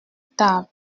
table